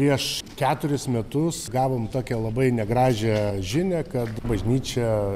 prieš keturis metus gavom tokią labai negražią žinią kad bažnyčią